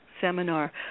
seminar